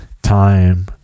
time